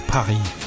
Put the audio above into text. Paris